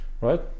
right